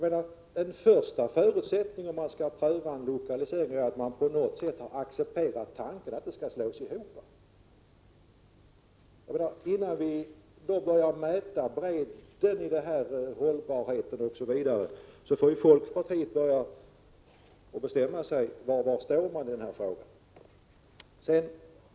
En första förutsättning, om man skall pröva en lokalisering, är väl att man på något sätt har accepterat tanken att de nuvarande verken skall slås ihop. Innan vi då börjar mäta bredden i hållbarheten osv. får folkpartiet bestämma sig för var man står i den här frågan.